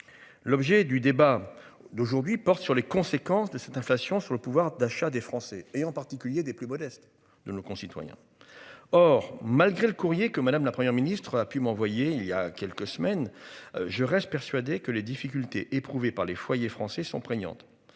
L'objet du débat d'aujourd'hui porte sur les conséquences de cette inflation sur le pouvoir d'achat des Français et en particulier des plus modestes de nos concitoyens. Or malgré le courrier que madame, la Première ministre a pu m'envoyer. Il y a quelques semaines. Je reste persuadé que les difficultés éprouvées par les foyers français sont prégnantes.